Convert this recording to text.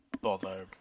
bother